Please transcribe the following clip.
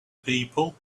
people